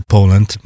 Poland